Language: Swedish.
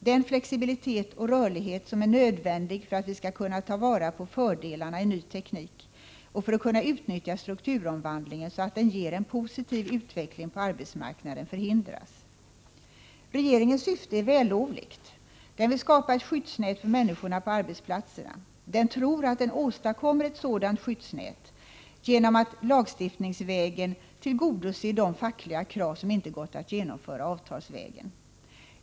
Den flexibilitet och rörlighet som är nödvändig för att vi skall kunna ta vara på fördelarna i ny teknik och för att kunna utnyttja strukturomvandlingen så att den ger en positiv utveckling på arbetsmarknaden förhindras. Regeringens syfte är vällovligt. Den vill skapa ett skyddsnät för människorna på arbetsplatserna. Den tror att den åstadkommer ett sådant skyddsnät genom att lagstiftningsvägen tillgodose de fackliga krav som inte gått att genomföra avtalsvägen.